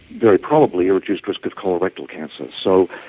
very probably a reduced risk of colorectal cancer. so,